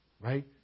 Right